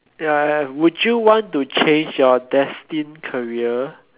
ya ya would you want to change your destined career